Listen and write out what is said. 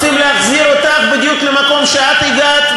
רוצים להחזיר אותך בדיוק למקום שממנו הגעת,